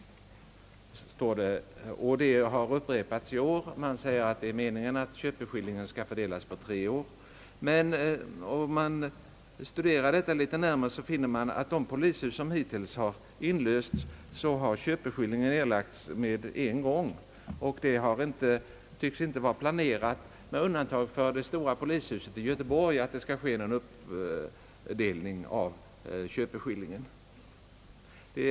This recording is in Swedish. Detta bemyndigande föreslås upprepat i år. Men studerar vi litet närmare vad som skett finner vi att köpeskillingen erlagts med en gång för de polishus som hittills blivit inlösta. Och med undantag för det stora polishuset i Göteborg tycks inte någon uppdelning av köpeskillingen vara planerad.